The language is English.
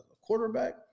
quarterback